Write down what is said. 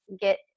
get